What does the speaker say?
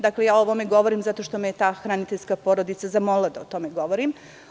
Dakle, o ovome govorim zato što me je ta hraniteljska porodica zamolila da o tome govorim.